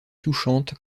touchante